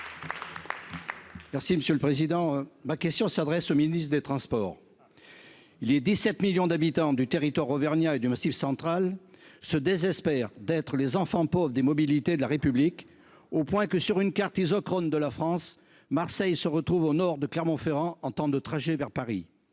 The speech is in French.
Merci monsieur le président, ma question s'adresse au ministre des Transports, il est 17 millions d'habitants du territoire auvergnat et du Massif Central, se désespère d'être les enfants pauvres des mobilités de la République, au point que, sur une carte et The Crown de la France, Marseille se retrouve au nord de Clermont-Ferrand en temps de trajet vers Paris,